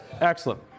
Excellent